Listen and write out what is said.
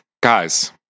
guys